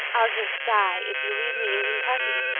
i'll just die if you leave me in kentucky!